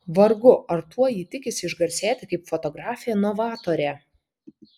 vargu ar tuo ji tikisi išgarsėti kaip fotografė novatorė